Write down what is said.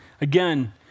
Again